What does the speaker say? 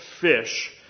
fish